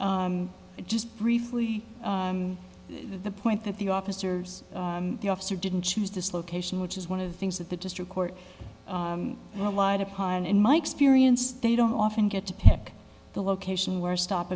well just briefly the point that the officers the officer didn't choose this location which is one of the things that the district court relied upon in my experience they don't often get to the location where stop